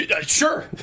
sure